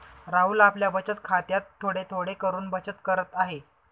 राहुल आपल्या बचत खात्यात थोडे थोडे करून बचत करत आहे